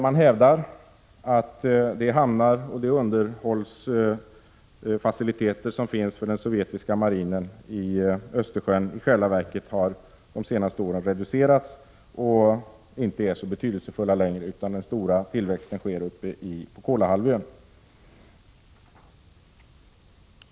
Man hävdar att de hamnar och de underhållsfaciliteter som finns för den sovjetiska marinen i Östersjön i själva verket har reducerats under de senaste åren och inte är så betydelsefulla längre. Den största tillväxten sker på Kolahalvön.